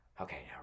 Okay